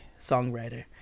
songwriter